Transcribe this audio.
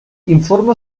informa